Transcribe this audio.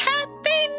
Happy